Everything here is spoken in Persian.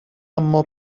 اما